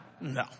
No